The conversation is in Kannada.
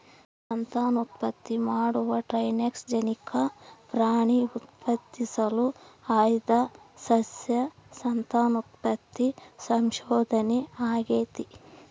ಸಂತಾನೋತ್ಪತ್ತಿ ಮಾಡುವ ಟ್ರಾನ್ಸ್ಜೆನಿಕ್ ಪ್ರಾಣಿ ಉತ್ಪಾದಿಸಲು ಆಯ್ದ ಸಸ್ಯ ಸಂತಾನೋತ್ಪತ್ತಿ ಸಂಶೋಧನೆ ಆಗೇತಿ